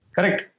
Correct